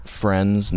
friends